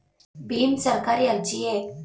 ಭೀಮ್ ಸರ್ಕಾರಿ ಅರ್ಜಿಯೇ?